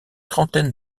trentaine